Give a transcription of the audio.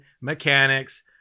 mechanics